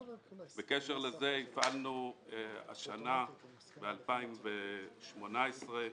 בקשר לזה הפעלנו השנה, ב-2018,